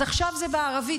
אז עכשיו זה בערבית,